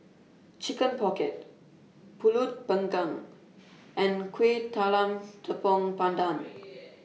Chicken Pocket Pulut Panggang and Kueh Talam Tepong Pandan